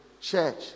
church